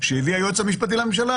שהביא היועץ המשפטי לממשלה,